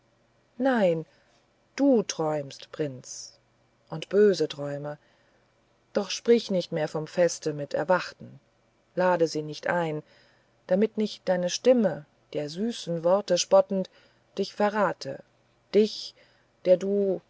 nein du träumst prinz und böse träume doch sprich nicht mehr vom feste mit erwachten lade sie nicht ein damit nicht deine stimme der süßen worte spottend dich verrate dich der du